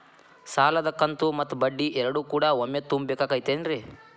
ಸಾಲದ ಕಂತು ಮತ್ತ ಬಡ್ಡಿ ಎರಡು ಕೂಡ ಒಮ್ಮೆ ತುಂಬ ಬೇಕಾಗ್ ತೈತೇನ್ರಿ?